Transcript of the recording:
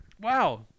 Wow